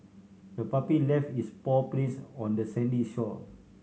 the puppy left its paw prints on the sandy shore